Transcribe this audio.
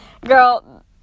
Girl